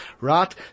right